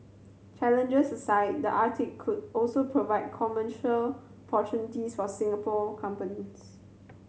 challenges aside the Arctic could also provide commercial opportunities for Singapore companies